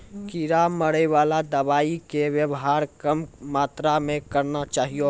कीड़ा मारैवाला दवाइ के वेवहार कम मात्रा मे करना चाहियो